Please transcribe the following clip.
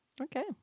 Okay